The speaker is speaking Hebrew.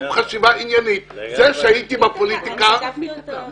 אני תקפתי אותך?